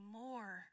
more